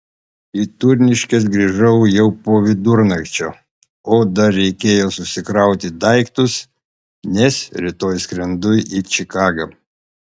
į turniškes grįžau jau po vidurnakčio o dar reikėjo susikrauti daiktus nes rytoj skrendu į čikagą